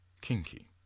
kinky